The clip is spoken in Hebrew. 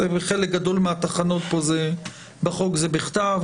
בחלק גדול מהתחנות בחוק זה בכתב.